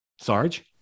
Sarge